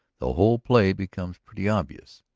the whole play became pretty obvious.